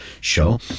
show